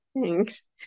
thanks